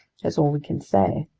that's all we can say.